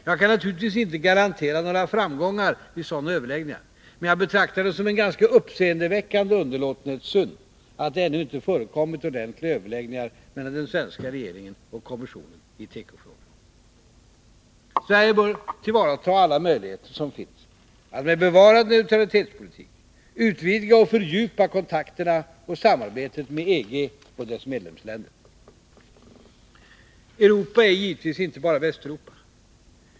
Jag kan naturligtvis inte garantera några framgångar vid sådana överläggningar, men jag betraktar det som en ganska uppseendeväckande underlåtenhetssynd att det ännu inte förekommit ordentliga överläggningar mellan den svenska regeringen och kommissionen i tekofrågan. Sverige bör tillvarata alla möjligheter som finns att, med bevarad neutralitetspolitik, utvidga och fördjupa kontakterna och samarbetet med EG och dess medlemsländer. Europa är givetvis inte bara Västeuropa.